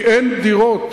כי אין דירות.